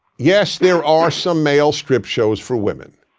yes, there are some male strip shows for women.